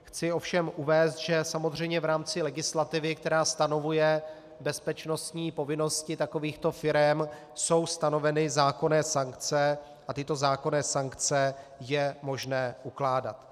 Chci ovšem uvést, že samozřejmě v rámci legislativy, která stanovuje bezpečnostní povinnosti takovýchto firem, jsou stanoveny zákonné sankce a tyto zákonné sankce je možné ukládat.